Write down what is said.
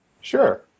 Sure